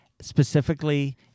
Specifically